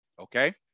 okay